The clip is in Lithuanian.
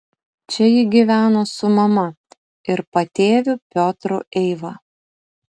čia ji gyveno su mama ir patėviu piotru eiva